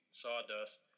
sawdust